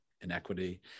inequity